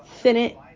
senate